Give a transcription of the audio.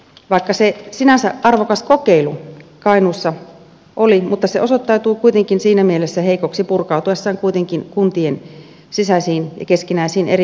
vaikka se sinänsä arvokas kokeilu kainuussa oli se osoittautui kuitenkin siinä mielessä heikoksi että se purkautui kuntien sisäisiin ja keskinäisiin erimielisyyksiin